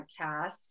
podcast